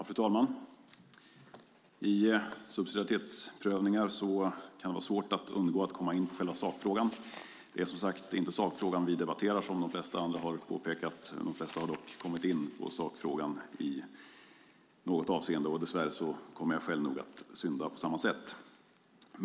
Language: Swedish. Fru talman! I subsidiaritetsprövningar kan det vara svårt att undgå att komma in på själva sakfrågan. Det är inte sakfrågan vi debatterar, vilket de flesta talare påpekat. De flesta har dock kommit in på sakfrågan i något avseende, och dess värre kommer jag nog också att göra det.